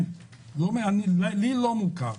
לי לא מוכר,